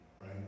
Right